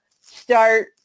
start